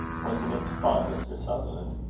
wasn't it fun, mr. sutherland?